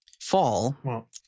fall